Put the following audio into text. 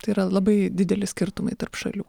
tai yra labai dideli skirtumai tarp šalių